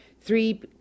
Three